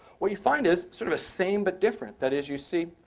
what you find is sort of a same but different. that is you see,